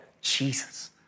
Jesus